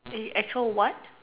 a actual what